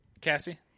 Cassie